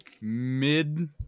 mid